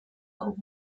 hall